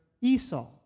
Esau